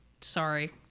Sorry